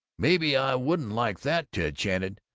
maybe i wouldn't like that! ted chanted.